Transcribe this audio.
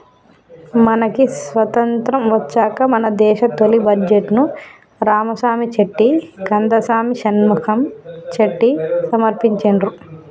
మనకి స్వతంత్రం వచ్చాక మన దేశ తొలి బడ్జెట్ను రామసామి చెట్టి కందసామి షణ్ముఖం చెట్టి సమర్పించిండ్రు